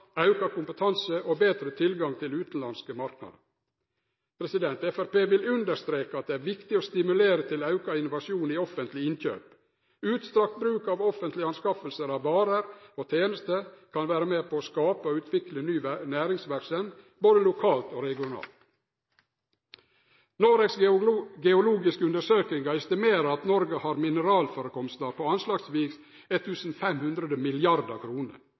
auka kompetanse og betre tilgang til utanlandske marknader. Framstegspartiet vil understreke at det er viktig å stimulere til auka innovasjon i offentlege innkjøp. Utstrakt bruk av offentlege nyskaffingar av varer og tenester kan vere med på å skape og utvikle ny næringsverksemd, både lokalt og regionalt. Noregs geologiske undersøkingar estimerer at Noreg har mineralførekomstar på anslagsvis